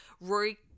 Rory